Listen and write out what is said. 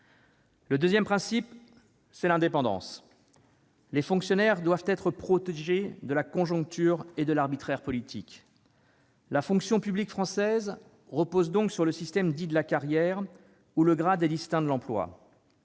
Le deuxième, c'est l'indépendance. Les fonctionnaires doivent être protégés de la conjoncture et de l'arbitraire politiques. La fonction publique française repose donc sur le système de la carrière, où le grade est distinct de l'emploi.